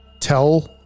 tell